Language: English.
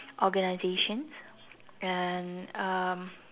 organisations and um